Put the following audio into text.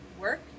work